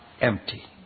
empty